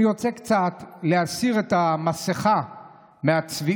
אני רוצה קצת להסיר את המסכה מהצביעות.